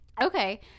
Okay